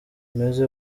meza